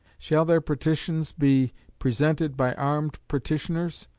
shall their petitions be presented by armed petitioners?